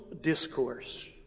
discourse